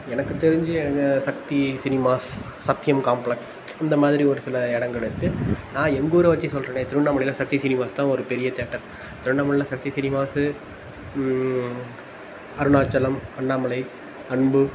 எனக்கு தெரிஞ்சு எங்கள் சக்தி சினிமாஸ் சத்தியம் காம்பிளக்ஸ் இந்த மாதிரி ஒரு சில இடங்களுக்கு நான் எங்கள் ஊரை வச்சு சொல்றேன் திருவண்ணாமலையில் சக்தி சினிமாஸ் தான் ஒரு பெரிய தியேட்டர் திருவண்ணாமலையில் சக்தி சினிமாஸு அருணாச்சலம் அண்ணாமலை அன்பு